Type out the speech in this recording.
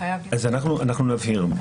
אנחנו נבהיר.